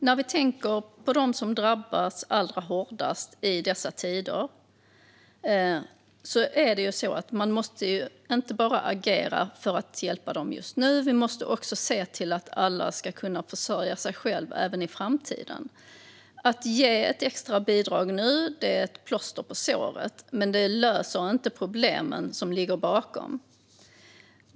När det gäller dem som drabbas allra hårdast i dessa tider måste man inte bara agera för att hjälpa dem just nu, utan man måste också se till att alla kan försörja sig själva även i framtiden. Att ge ett extra bidrag nu är att sätta ett plåster på såret, men det löser inte problemen som ligger bakom.